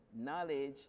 knowledge